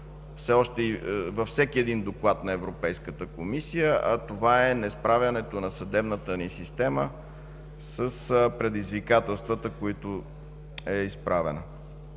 сме известни във всеки доклад на Европейската комисия. Това е несправянето на съдебната ни система с предизвикателствата, пред които е изправена.